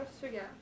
sugar